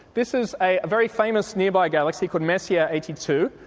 this is a very famous nearby galaxy called messier eighty two,